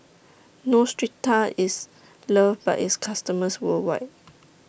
Neostrata IS loved By its customers worldwide